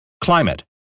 Climate